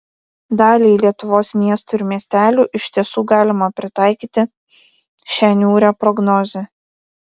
daliai lietuvos miestų ir miestelių iš tiesų galima pritaikyti šią niūrią prognozę